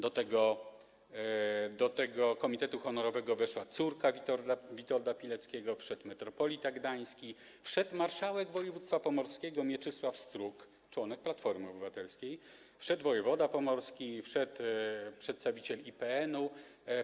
Do tego komitetu honorowego weszła córka Witolda Pileckiego, wszedł metropolita gdański, wszedł marszałek województwa pomorskiego Mieczysław Strug, członek Platformy Obywatelskiej, wszedł wojewoda pomorski, wszedł przedstawiciel IPN-u.